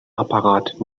apparat